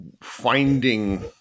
finding